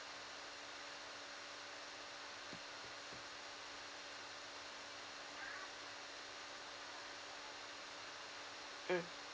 mm